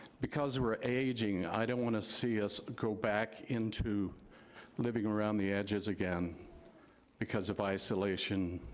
because we were aging i don't want to see us go back into living around the edges again because of isolation,